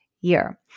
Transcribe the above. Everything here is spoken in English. year